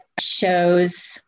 shows